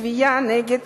תביעה נגד